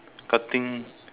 cutting